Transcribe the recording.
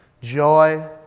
joy